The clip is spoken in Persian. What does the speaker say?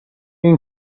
این